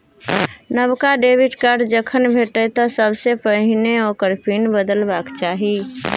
नबका debit card जखन भेटय तँ सबसे पहिने ओकर पिन बदलबाक चाही